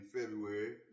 February